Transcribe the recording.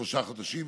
בשלושה חודשים,